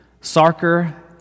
Sarker